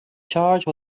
charge